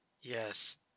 yes